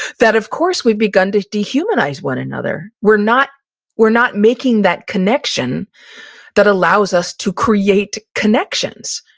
that of course we've begun to de-humanize one another. we're not we're not making that connection that allows us to create connections.